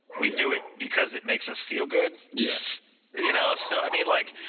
we do it because it makes us feel good yes you know so i mean like,